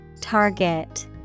Target